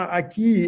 aqui